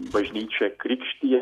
bažnyčia krikštija